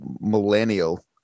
millennial